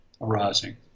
arising